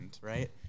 right